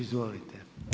Izvolite.